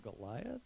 Goliath